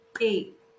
eight